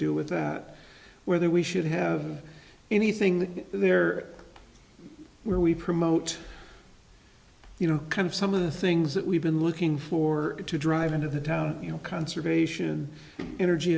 do with that whether we should have anything that there where we promote you know kind of some of the things that we've been looking for to drive end of the doubt you know conservation energy